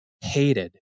hated